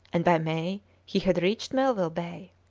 and by may he had reached melville bay.